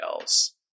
else